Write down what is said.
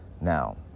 Now